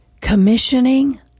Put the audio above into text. commissioning